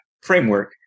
framework